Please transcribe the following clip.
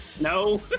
No